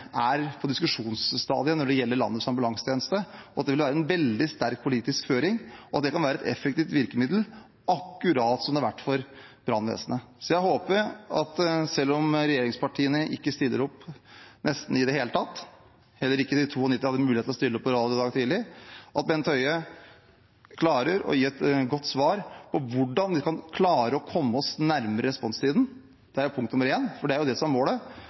er på diskusjonsstadiet når det gjelder landets ambulansetjeneste, at det vil være en veldig sterk politisk føring, og at det kan være et effektivt virkemiddel, akkurat som det har vært for brannvesenet? Jeg håper at selv om regjeringspartiene nesten ikke stiller opp i det hele tatt – heller ikke noen av de 92 hadde mulighet til å stille opp på radio i dag tidlig – så klarer Bent Høie å gi et godt svar på hvordan vi kan klare å komme oss nær responstiden. Det er punkt nr. 1, for det er jo det som er målet.